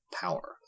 power